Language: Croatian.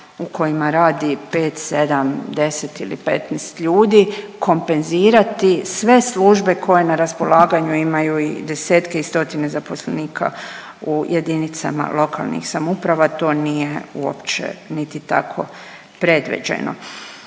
u kojima radi 5, 7, 10 ili 15 ljudi kompenzirati sve službe koje na raspolaganju imaju i desetke i stotine zaposlenika u jedinicama lokalnih samouprava. To nije uopće niti tako predviđeno.